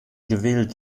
gewählt